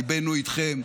ליבנו איתכם,